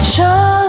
Show